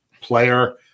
player